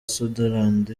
sunderland